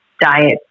diet